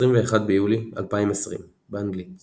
21 ביולי 2020 באנגלית